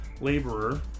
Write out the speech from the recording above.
laborer